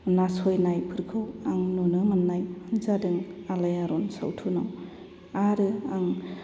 नासयनायफोरखौ आं नुनो मोननाय जादों आलायारन सावथुनाव आरो आं